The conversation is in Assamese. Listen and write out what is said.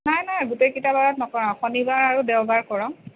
নাই নাই গোটেইকেইটা বাৰত নকৰাওঁ শনিবাৰে আৰু দেওবাৰে কৰাওঁ